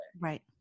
Right